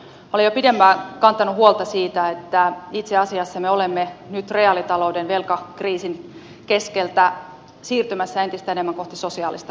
olen jo pidempään kantanut huolta siitä että itse asiassa me olemme nyt reaalitalouden velkakriisin keskeltä siirtymässä entistä enemmän kohti sosiaalista kriisiä